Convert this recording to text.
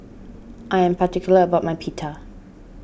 I am particular about my Pita